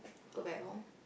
go back home